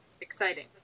exciting